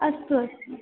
अस्तु अस्तु